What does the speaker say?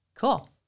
Cool